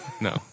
No